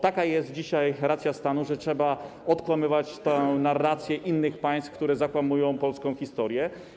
Taka jest dzisiaj racja stanu, trzeba odkłamywać narrację innych państw, które zakłamują polską historię.